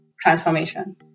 transformation